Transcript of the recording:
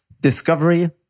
discovery